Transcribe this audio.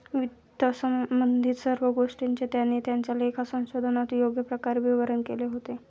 वित्तसंबंधित सर्व गोष्टींचे त्यांनी त्यांच्या लेखा संशोधनात योग्य प्रकारे विवरण केले होते